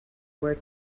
where